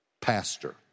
Pastor